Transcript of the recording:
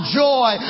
joy